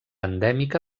endèmica